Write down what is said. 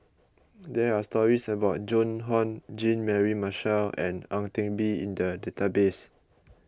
there are stories about Joan Hon Jean Mary Marshall and Ang Teck Bee in the database